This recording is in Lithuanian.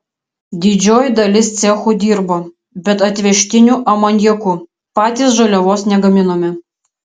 didžioji dalis cechų dirbo bet atvežtiniu amoniaku patys žaliavos negaminome